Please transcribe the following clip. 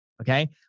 okay